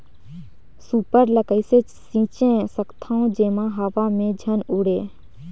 Super ल कइसे छीचे सकथन जेमा हवा मे झन उड़े?